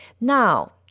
Now